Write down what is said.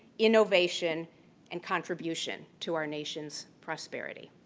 innovation and contribution to our nation's prosperity.